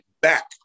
back